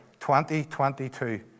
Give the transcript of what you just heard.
2022